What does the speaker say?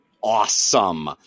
awesome